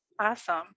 Awesome